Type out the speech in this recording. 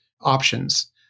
options